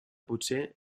potser